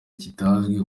kitazwi